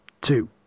two